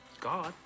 God